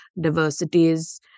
diversities